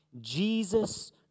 Jesus